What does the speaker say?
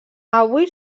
avui